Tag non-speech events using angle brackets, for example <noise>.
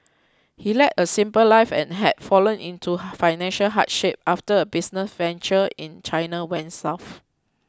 he led a simple life and had fallen into <noise> financial hardship after a business venture in China went south